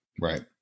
Right